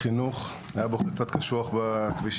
היה בוקר קצת קשוח בכבישים,